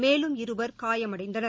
மேலும் இருவர் காயமடைந்தனர்